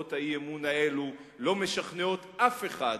הצעות האי-אמון האלה לא משכנעות אף אחד,